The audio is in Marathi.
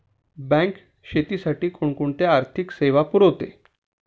बँक शेतीसाठी कोणकोणत्या आर्थिक सेवा पुरवते?